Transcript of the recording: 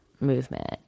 movement